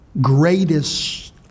greatest